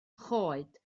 choed